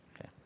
okay